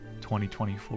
2024